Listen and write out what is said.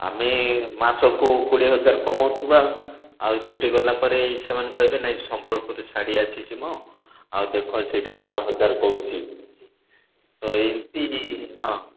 ଆମେ ମାସକୁ କୋଡ଼ିଏ ହଜାର କମାଉଥିବା ଆଉ ସିଠି ଗଲାପରେ ସେମାନେ କହିବେ ନାଇଁ ସମ୍ବଲପୁରୀ ଶାଢ଼ୀ ଆସିଛି ମ ଆଉ ଦେଖ ସେଇଟା ବାର ହଜାର କହୁଛି ତ ଏମିତି ହଁ